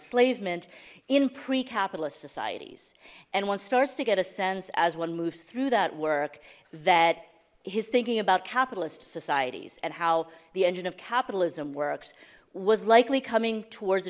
enslavement in pre capitalist societies and once starts to get a sense as one moves through that work that he's thinking about capitalist societies and how the engine of capitalism works was likely coming towards